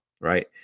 right